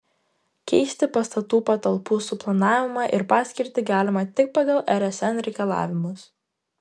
keisti pastatų patalpų suplanavimą ir paskirtį galima tik pagal rsn reikalavimus